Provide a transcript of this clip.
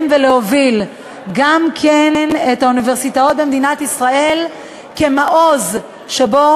ולהוביל גם כן את האוניברסיטאות במדינת ישראל כמעוז שבו